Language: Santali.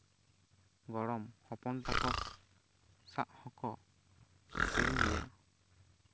ᱜᱚᱲᱚᱢ ᱦᱚᱯᱚᱱ ᱛᱟᱠᱚ ᱥᱟᱶ ᱦᱚᱸᱠᱚ ᱠᱷᱮᱞ ᱜᱮᱭᱟ